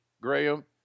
Graham